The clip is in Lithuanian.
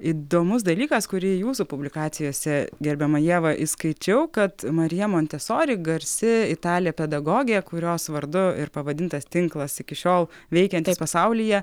įdomus dalykas kurį jūsų publikacijose gerbiama ieva išskaičiau kad marija montesori garsi italė pedagogė kurios vardu ir pavadintas tinklas iki šiol veikiantis pasaulyje